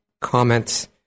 comments